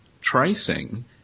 tracing